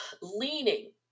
leaning